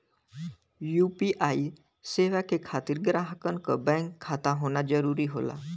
UPI सेवा के खातिर ग्राहकन क बैंक खाता होना जरुरी होला